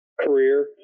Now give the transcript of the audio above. career